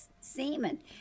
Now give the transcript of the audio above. semen